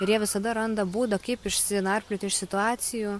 ir jie visada randa būdą kaip išsinarplioti iš situacijų